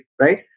right